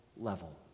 level